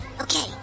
Okay